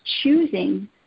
choosing